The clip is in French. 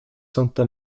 santa